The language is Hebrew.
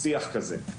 שיח כזה,